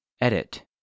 Edit